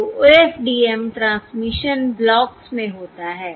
तो OFDM transmission blocks में होता है